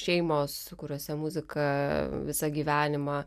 šeimos kuriose muzika visą gyvenimą